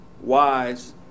wise